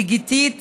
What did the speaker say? לגיתית